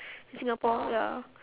singapore ya